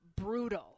brutal